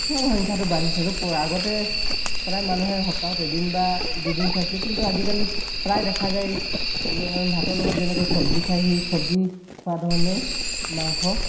সংখ্যাটো বাঢ়িছে আৰু আগতে প্ৰায় মানুহে সপ্তাহত এদিন বা দুদিন খাইছিলে কিন্তু আজিকালি প্ৰায় দেখা যায় বোলে ভাতৰ লগত যেনেকৈ চব্জি খায় সেই চব্জি খোৱাৰ ধৰণেই মাংস